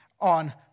on